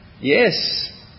Yes